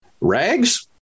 rags